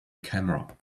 camera